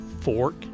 fork